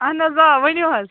اہن حظ آ ؤنِو حظ